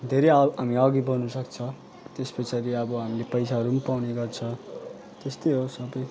धेरै आ हामी अघि बढन सक्छ त्यस पछाडि अब हामीले पैसाहरू पनि पाउने गर्छ त्यस्तै हो सबै